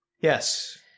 yes